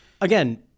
again